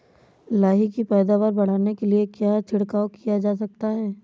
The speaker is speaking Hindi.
लाही की पैदावार बढ़ाने के लिए क्या छिड़काव किया जा सकता है?